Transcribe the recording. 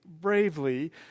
bravely